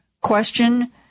question